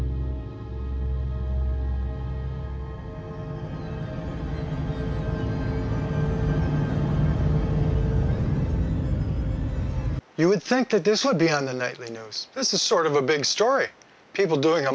oh you would think that this would be on the nightly news this is sort of a big story people doing a